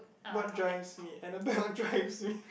what drives me Annabelle drives me